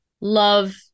love